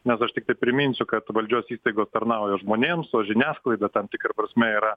nes aš tiktai priminsiu kad valdžios įstaigos tarnauja žmonėms o žiniasklaida tam tikra prasme yra